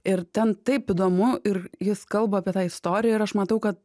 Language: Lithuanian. ir ten taip įdomu ir jis kalba apie tą istoriją ir aš matau kad